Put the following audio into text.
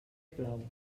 plou